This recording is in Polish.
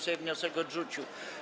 Sejm wniosek odrzucił.